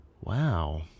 Wow